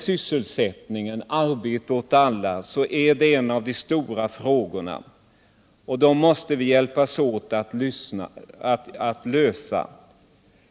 Sysselsättning, arbete åt alla, är en av de stora frågorna, och den måste vi hjälpas åt att lösa.